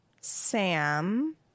Sam